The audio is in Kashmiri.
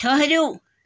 ٹھٕہرِو